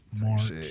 March